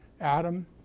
Adam